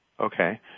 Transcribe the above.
Okay